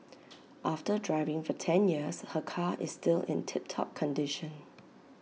after driving for ten years her car is still in tip top condition